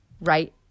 right